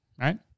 right